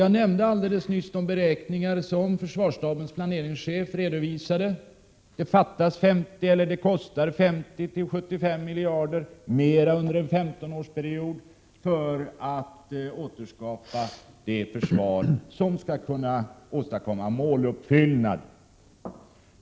Jag nämnde alldeles nyss de beräkningar som försvarsstabens planeringschef redovisat, nämligen att det kostar 50-75 miljarder kronor mer under en 15-årsperiod att återskapa det försvar som skall kunna åstadkomma måluppfyllnad.